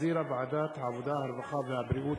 שהחזירה ועדת העבודה, הרווחה והבריאות.